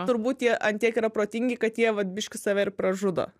turbūt jie ant tiek yra protingi kad jie vat biški save ir pražudo